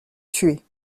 tuer